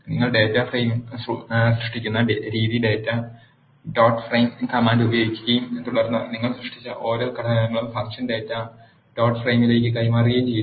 നിങ്ങൾ data frame സൃഷ്ടിക്കുന്ന രീതി ഡാറ്റാ ഡോട്ട് ഫ്രെയിം കമാൻഡ് ഉപയോഗിക്കുകയും തുടർന്ന് നിങ്ങൾ സൃഷ്ടിച്ച ഓരോ ഘടകങ്ങളും ഫംഗ്ഷൻ ഡാറ്റ ഡോട്ട് ഫ്രെയിമിലേക്ക് കൈമാറുകയും ചെയ്യുന്നു